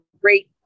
great